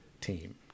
team